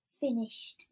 finished